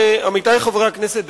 עמיתי חברי הכנסת,